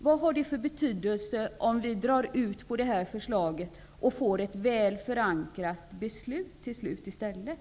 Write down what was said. Vad skulle det ha för betydelse om vi drog ut på behandlingen av förslaget och i stället till slut fick ett väl förankrat beslut?